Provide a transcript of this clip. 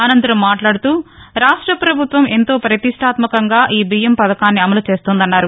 అనంతరం మాట్లాడుతూరాష్ట్రపభుత్వం ఎంతో ప్రతిష్టాత్యకంగా ఈ బియ్యం పథకాన్ని అమలు చేస్తోందన్నారు